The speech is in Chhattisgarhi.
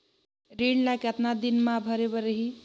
ऋण ला कतना दिन मा भरे बर रही?